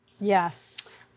Yes